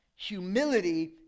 Humility